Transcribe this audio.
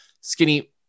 Skinny